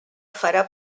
farà